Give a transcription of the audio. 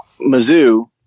Mizzou